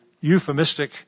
euphemistic